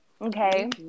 Okay